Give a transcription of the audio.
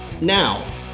Now